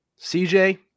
cj